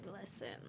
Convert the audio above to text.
listen